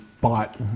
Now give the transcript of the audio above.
bought